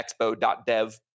expo.dev